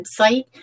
website